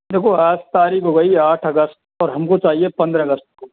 देखो आज तारीख हो गई आठ अगस्त और हमको चाहिए पंद्रह अगस्त को